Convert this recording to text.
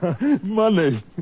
Money